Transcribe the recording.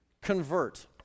convert